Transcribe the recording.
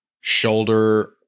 shoulder